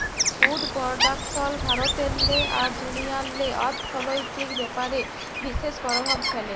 would production ভারতেল্লে আর দুনিয়াল্লে অথ্থলৈতিক ব্যাপারে বিশেষ পরভাব ফ্যালে